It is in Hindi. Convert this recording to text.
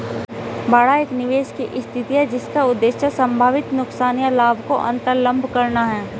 बाड़ा एक निवेश की स्थिति है जिसका उद्देश्य संभावित नुकसान या लाभ को अन्तर्लम्ब करना है